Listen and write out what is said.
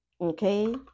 okay